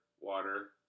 water